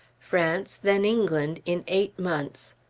france, then england, in eight months.